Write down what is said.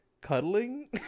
Cuddling